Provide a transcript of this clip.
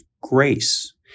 grace